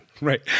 Right